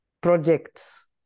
projects